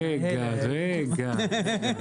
רגע, רגע.